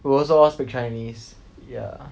we will also all speak chinese ya